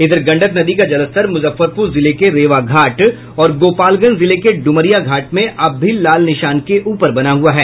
इधर गंडक नदी का जलस्तर मुजफ्फरपुर जिले के रेवा घाट और गोपालगंज जिले के डुमरिया घाट में अब भी लाल निशान के ऊपर बना हुआ है